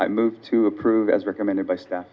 i move to approve as recommended by staff